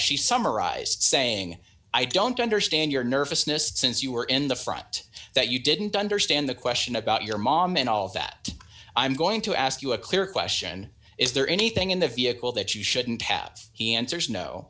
she summarized saying i don't understand your nervousness since you were in the front that you didn't understand the question about your mom and all that i'm going to ask you a clear question is there anything in the vehicle that you shouldn't have he answers no